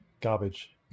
Garbage